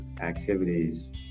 activities